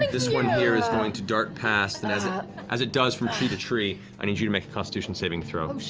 this one here is going to dart past, and as ah as it does, from tree to tree, i need you to make a constitution saving throw.